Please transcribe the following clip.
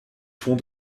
fond